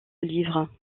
livres